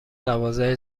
دوازده